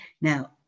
Now